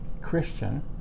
Christian